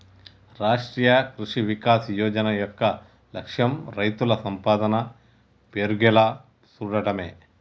రాష్ట్రీయ కృషి వికాస్ యోజన యొక్క లక్ష్యం రైతుల సంపాదన పెర్గేలా సూడటమే